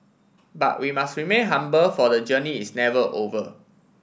but we must remain humble for the journey is never over